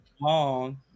long